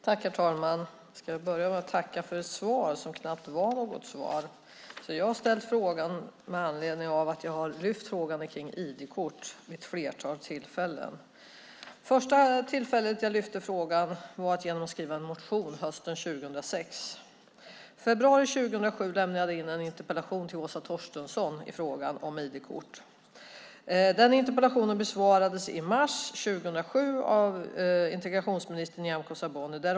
Herr talman! Jag ska börja med att tacka för ett svar som knappt är något svar. Jag har ställt frågan med anledning av att jag har lyft fram frågan om ID-kort vid ett flertal tillfällen. Det första tillfället som jag lyfte fram frågan var i en motion hösten 2006. I februari 2007 lämnade jag in en interpellation till Åsa Torstensson i frågan om ID-kort. Interpellationen besvarades i mars 2007 av integrationsminister Nyamko Sabuni.